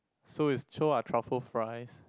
so it's so are truffle fries